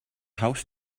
house